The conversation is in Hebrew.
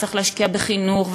וצריך להשקיע בחינוך,